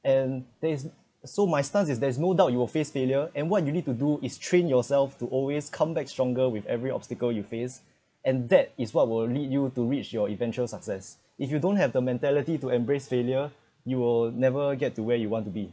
and then it's so my style is there is no doubt you will face failure and what you need to do is train yourself to always come back stronger with every obstacle you face and that is what will lead you to reach your eventual success if you don't have the mentality to embrace failure you will never get to where you want to be